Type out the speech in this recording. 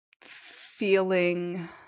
feeling –